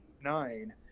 nine